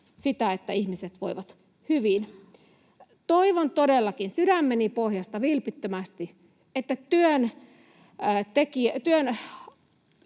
sitä, että ihmiset voivat hyvin. Toivon todellakin, sydämeni pohjasta, vilpittömästi, että